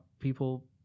people